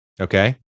okay